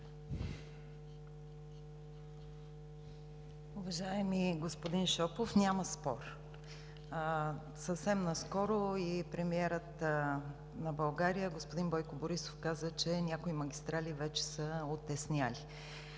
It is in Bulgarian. Уважаеми господин Шопов, няма спор. Съвсем наскоро и премиерът на България – господин Бойко Борисов, каза, че някои магистрали вече са отеснели.